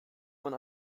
man